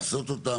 לעשות אותם,